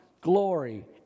glory